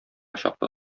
чаклы